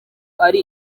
ari